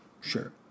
Sure